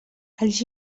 els